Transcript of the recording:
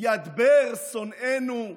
ידבר שונאינו תחתיכם,